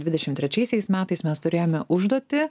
dvidešim trečiaisiais metais mes turėjome užduotį